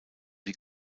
die